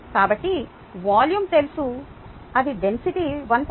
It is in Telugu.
కాబట్టి వాల్యూమ్ తెల్సు అది డెన్సిటీ 1